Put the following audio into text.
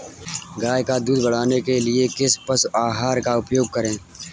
गाय का दूध बढ़ाने के लिए किस पशु आहार का उपयोग करें?